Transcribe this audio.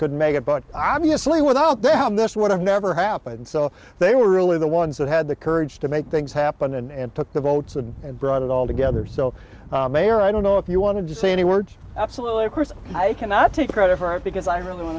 could make it but obviously without them this would have never happened so they were really the ones that had the courage to make things happen and took the votes and brought it all together so mayor i don't know if you wanted to say any words absolutely of course i cannot take credit for it because i really want